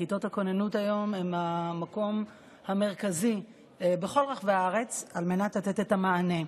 כיתות הכוננות הן היום המקום המרכזי בכל רחבי הארץ על מנת לתת את המענה.